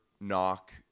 knock